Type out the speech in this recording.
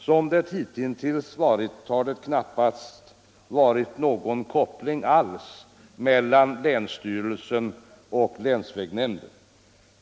Som det hitintills varit har det knappast varit någon koppling alls mellan länsstyrelsen och länsvägnämnden.